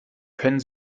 können